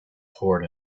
toward